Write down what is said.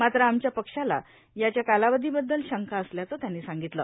मात्र आमच्या पक्षाला याचा कालावधीबद्दल शंका असल्याचं त्यांनी सांगितलं